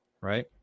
right